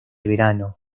verano